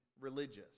religious